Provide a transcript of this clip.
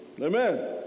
Amen